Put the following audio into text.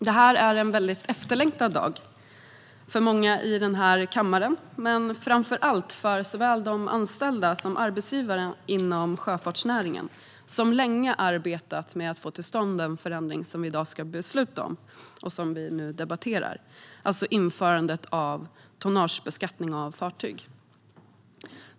Herr talman! Det är en efterlängtad dag för många i kammaren men framför allt för de anställda och arbetsgivare inom sjöfartsnäringen som länge arbetat med att få till stånd den förändring som vi nu debatterar och i dag ska besluta om, alltså införandet av tonnagebeskattning av fartyg.